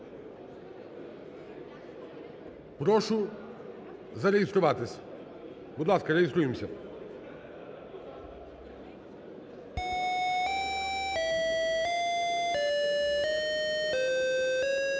Прошу зареєструватись. Будь ласка, реєструємось. 10:05:30